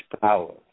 Power